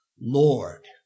Lord